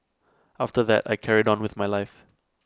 after that I carried on with my life